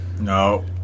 No